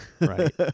Right